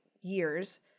years